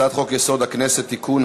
הצעת חוק-יסוד: הכנסת (תיקון,